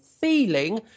feeling